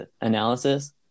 analysis